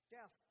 Jeff